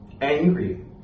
angry